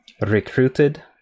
recruited